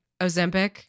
Ozempic